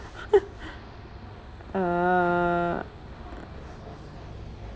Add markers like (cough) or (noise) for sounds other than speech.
(laughs) uh